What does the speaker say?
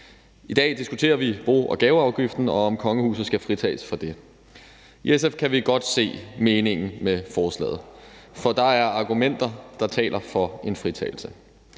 I dag diskuterer vi bo- og gaveafgiften, og om kongehuset skal fritages for det. I SF kan vi godt se meningen med forslaget, for der er argumenter, der taler for en fritagelse.